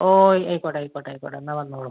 ഓ ആയിക്കോട്ടെ ആയിക്കോട്ടെ ആയിക്കോട്ടെ എന്നാൽ വന്നോളു